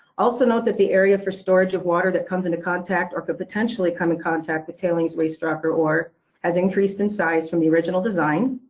also note that the area for storage of water that comes into contact or could potentially come in contact with tailings, waste rock or ore has increased in size from the original design.